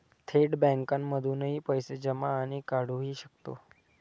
थेट बँकांमधूनही पैसे जमा आणि काढुहि शकतो